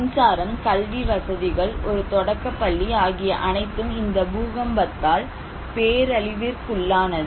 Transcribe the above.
மின்சாரம் கல்வி வசதிகள் ஒரு தொடக்கப்பள்ளி ஆகிய அனைத்தும் இந்த பூகம்பத்தால் பேரழிவிற்குள்ளானது